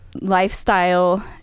lifestyle